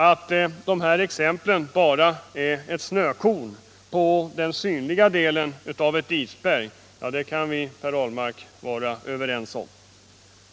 Att de här exemplen enbart är snökorn på den synliga delen av ett isberg kan vi, Per Ahlmark, vara överens om.